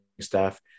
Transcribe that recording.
staff